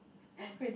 really